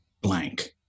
blank